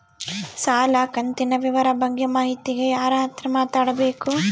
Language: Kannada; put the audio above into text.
ಸಾಲ ಕಂತಿನ ವಿವರ ಬಗ್ಗೆ ಮಾಹಿತಿಗೆ ಯಾರ ಹತ್ರ ಮಾತಾಡಬೇಕು?